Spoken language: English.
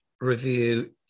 review